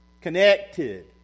connected